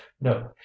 no